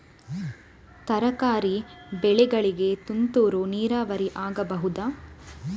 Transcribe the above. ತರಕಾರಿ ಬೆಳೆಗಳಿಗೆ ತುಂತುರು ನೀರಾವರಿ ಆಗಬಹುದಾ?